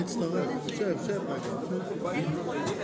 התחבורה ולכן אני מסתכל יותר לכיוון האוצר.